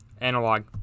Analog